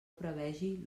prevegi